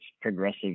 progressive